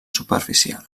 superficial